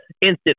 instant